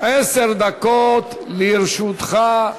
עשר דקות לרשותך.